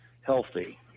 healthy